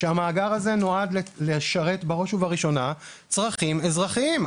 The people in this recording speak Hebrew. שהמאגר הזה נועד לשרת בראש ובראשונה צרכים אזרחיים.